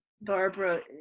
Barbara